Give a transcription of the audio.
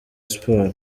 sports